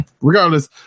Regardless